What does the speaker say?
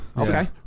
Okay